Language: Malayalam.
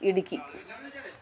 ഇടുക്കി